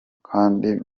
kandi